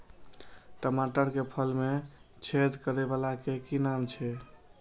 टमाटर के फल में छेद करै वाला के कि नाम छै?